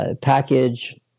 package